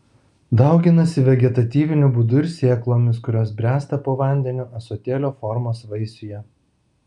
dauginasi vegetatyviniu būdu ir sėklomis kurios bręsta po vandeniu ąsotėlio formos vaisiuje